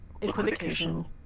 Equivocation